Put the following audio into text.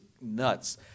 nuts